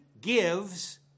gives